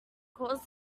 cause